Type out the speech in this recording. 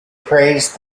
praised